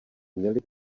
měli